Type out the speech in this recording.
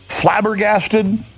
flabbergasted